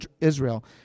Israel